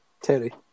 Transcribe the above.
Terry